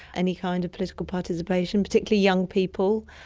any kind of political participation, particularly young people.